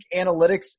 analytics